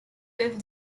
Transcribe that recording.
with